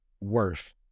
worth